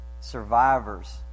survivors